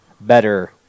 better